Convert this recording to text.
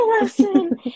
lesson